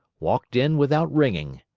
walked in without ringing.